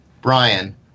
Brian